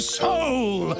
soul